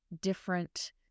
different